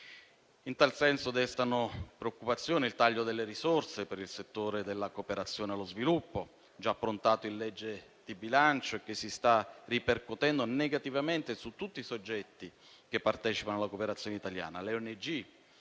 In tal senso, destano preoccupazione il taglio delle risorse per il settore della cooperazione allo sviluppo, già approntato in legge di bilancio e che si sta ripercuotendo negativamente su tutti i soggetti che partecipano alla cooperazione italiana: le ONG,